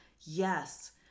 yes